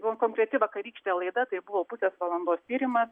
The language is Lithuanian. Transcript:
buvo konkreti vakarykštė laida tai buvo pusės valandos tyrimas